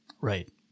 Right